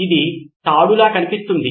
ఇది తాడులా కనిపిస్తుంది